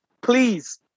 please